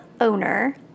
owner